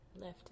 left